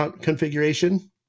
configuration